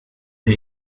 der